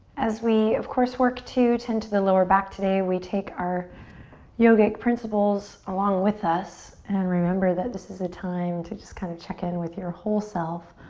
as we, of course, work to tend to the lower back today we take our yogic principles along with us and remember that this is a time to just kind of check in with your whole self,